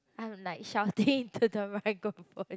I'm like shouting into the microphone